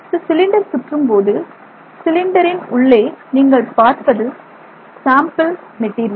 இந்த சிலிண்டர் சுற்றும்போது சிலிண்டரின் உள்ளே நீங்கள் பார்ப்பது சாம்பிள் மெட்டீரியல்